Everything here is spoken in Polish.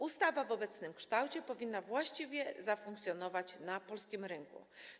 Ustawa w obecnym kształcie powinna właściwie zafunkcjonować na polskim rynku.